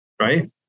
right